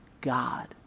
God